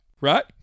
right